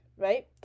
right